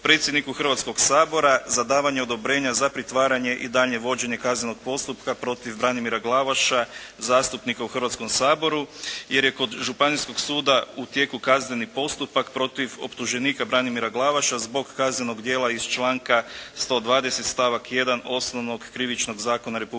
predsjedniku Hrvatskoga sabora za davanje odobrenja za pritvaranje i daljnje vođenje kaznenog postupka protiv Branimira Glavaša zastupnika u Hrvatskom saboru jer je kod Županijskog suda u tijeku kazneni postupak protiv optuženika Branimira Glavaša zbog kaznenog djela iz članka 120. stavak 1. Osnovnog krivičnog zakona